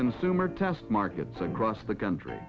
consumer test markets across the country